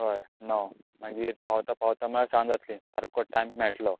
हय णव मागीर पावता पावता म्हळ्यार सांज जातली सारको टायम मेळटलो